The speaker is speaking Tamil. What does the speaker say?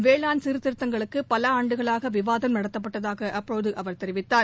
வேளாண் சீர்திருத்தங்களுக்கு பல ஆண்டுகளாக விவாதம் நடத்தப்பட்டதாக அப்போது அவர் தெரிவித்தார்